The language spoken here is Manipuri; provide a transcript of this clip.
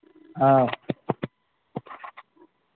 ꯑꯧ